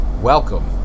Welcome